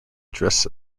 address